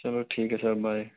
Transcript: चलो ठीक है सर बाय